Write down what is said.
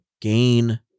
gain